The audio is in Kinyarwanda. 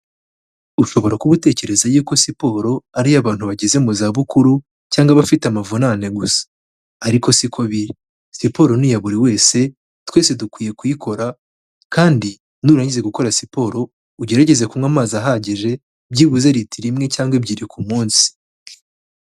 Ushobora kuba utekereza yuko siporo ari iy'abantu bageze mu zabukuru cyangwa abafite amavunane gusa. Ariko si ko biri. Siporo ni iya buri wese, twese dukwiye kuyikora kandi nurangiza gukora siporo ugerageze kunywa amazi ahagije, byibuze litiro imwe cyangwa ebyiri ku munsi.